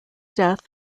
death